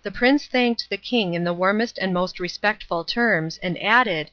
the prince thanked the king in the warmest and most respectful terms, and added